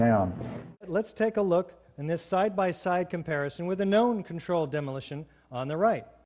the let's take a look and this side by side comparison with the known controlled demolition on the right